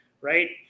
right